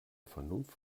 vernunft